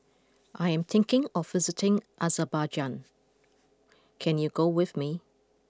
I am thinking of visiting Azerbaijan can you go with me